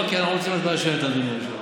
אוקיי, אנחנו רוצים הצבעה שמית, אדוני היושב-ראש.